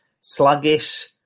sluggish